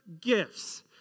gifts